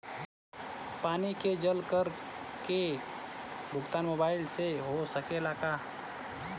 पानी के जल कर के भुगतान मोबाइल से हो सकेला का?